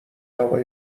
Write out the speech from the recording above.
هوای